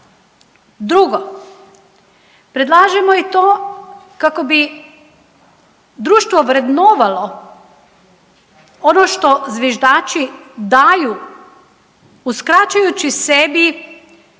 Drugo, predlažemo i to kako bi društvo vrednovalo ono što zviždači daju uskraćujući sebi